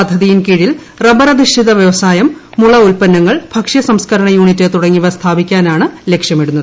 പദ്ധതിയിൻകീഴിൽ rubber അധിഷ്ഠിത വ്യവസായം ഉല്പന്നങ്ങൾ ഭക്ഷ്യ സംസ്കരണ യൂണിറ്റ് മുള തുടങ്ങിയവ സ്ഥാപിക്കാനാണ് ലക്ഷ്യമിടുന്നത്